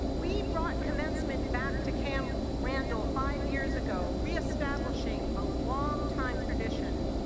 we brought commencement back to camp randall five years ago, re-establishing a long-time ah tradition.